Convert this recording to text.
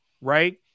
right